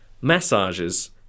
massages